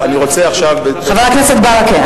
חבר הכנסת ברכה,